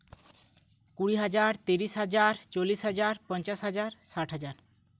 ᱠᱩᱲᱤ ᱦᱟᱡᱟᱨ ᱛᱤᱨᱤᱥ ᱦᱟᱡᱟᱨ ᱪᱚᱞᱞᱤᱥ ᱦᱟᱡᱟᱨ ᱯᱚᱧᱪᱟᱥ ᱦᱟᱡᱟᱨ ᱥᱟᱴ ᱦᱟᱡᱟᱨ